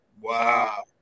Wow